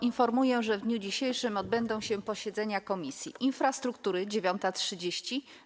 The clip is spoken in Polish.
Informuję, że w dniu dzisiejszym odbędą się posiedzenia Komisji: - Infrastruktury - godz. 9.30,